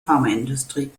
pharmaindustrie